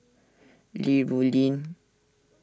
Li Rulin